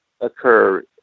occur